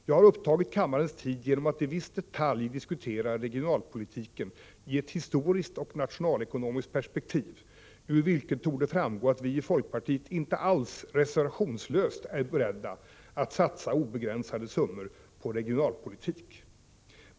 Jag har upptagit kammarens tid genom att i viss detalj diskutera regionalpolitiken i ett historiskt och nationalekonomiskt perspek tiv, ur vilket torde framgå att vi i folkpartiet inte alls reservationslöst är beredda att satsa obegränsade summor på regionalpolitik.